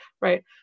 right